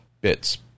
bits